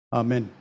amen